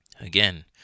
Again